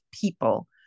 people